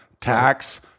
Tax